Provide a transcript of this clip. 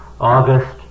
August